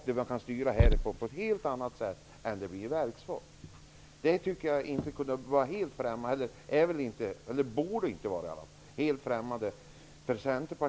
Vi har nu också helt andra möjligheter att styra Posten härifrån än vad vi skulle ha om det blev ett bolag. Detta borde väl inte vara helt främmande för